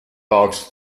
bought